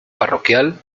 parroquial